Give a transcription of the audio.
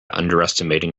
underestimating